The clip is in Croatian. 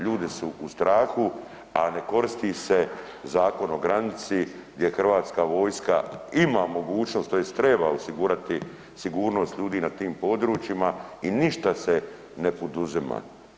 Ljudi su u strahu, a ne koristi se Zakon o granici gdje Hrvatska vojska ima mogućnost tj. treba osigurati sigurnost ljudi na tim područjima i ništa se ne poduzima.